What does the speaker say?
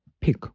pick